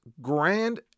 grand